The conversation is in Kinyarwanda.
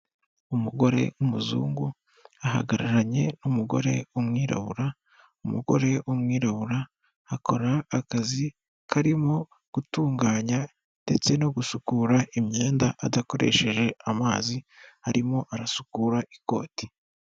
Umugore w'umuzungu ahagararanye n'umugore w'umwirabura, umugore w'umwirabura akora akazi karimo gutunganya, ndetse no gusukura imyenda adakoresheje amazi arimo arasukura ikoti.